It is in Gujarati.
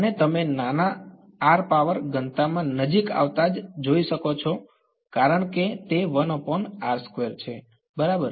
અને તમે નાના r પાવર ઘનતામાં નજીક આવતાં જ જોઈ શકો છો કારણ કે તે છે બરાબર